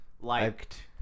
Liked